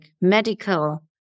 medical